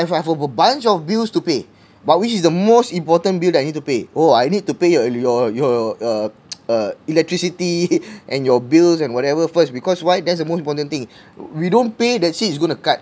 if I have a a bunch of bills to pay but which is the most important bill that I need to pay oh I need to pay your your your uh electricity and your bills and whatever first because why that's the most important thing we don't pay that's it it's going to cut